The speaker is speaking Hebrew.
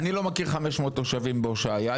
אני לא מכיר 500 תושבים בהושעיה,